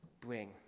bring